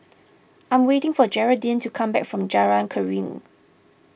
I am waiting for Jeraldine to come back from Jalan Keruing